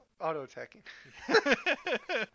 auto-attacking